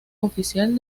oficial